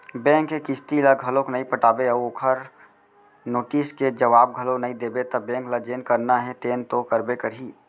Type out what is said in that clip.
bank के किस्ती ल घलोक नइ पटाबे अउ ओखर नोटिस के जवाब घलोक नइ देबे त बेंक ल जेन करना हे तेन तो करबे करही